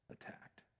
attacked